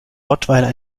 rottweiler